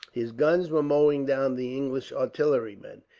his guns were mowing down the english artillerymen.